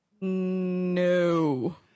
No